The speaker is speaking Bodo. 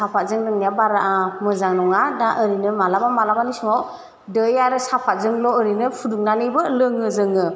साफादजों लोंनाया बारा मोजां नङा दा ओरैनो मालाबा मालाबानि समाव दै आरो साफादजोंल' ओरैनो फुदुंनानैबो लोङो जोङो